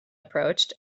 approached